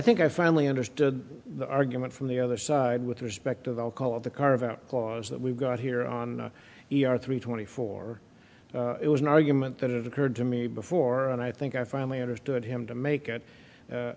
think i finally understood the argument from the other side with respect to the call of the carve out clause that we've got here on our three twenty four it was an argument that it occurred to me before and i think i finally understood him to make it